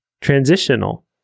transitional